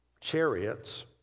chariots